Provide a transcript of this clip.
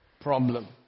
problem